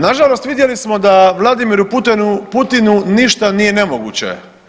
Nažalost vidjeli smo da Vladimiru Putinu ništa nije nemoguće.